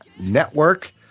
Network